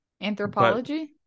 Anthropology